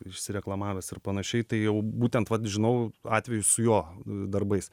išsireklamavęs ir panašiai tai jau būtent vat žinau atvejų su jo darbais